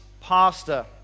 pastor